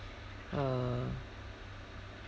uh